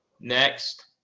Next